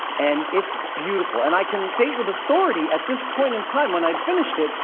and it's beautiful. and i can state with authority at this point in time, when i'd finished it,